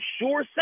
sure